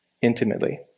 intimately